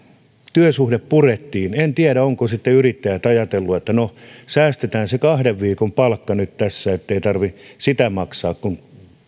työsuhde purettiin en tiedä ovatko sitten yrittäjät ajatelleet että no säästetään se kahden viikon palkka nyt tässä ettei tarvitse sitä maksaa kun